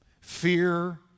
fear